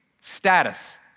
status